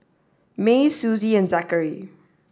Mae Suzie and Zackery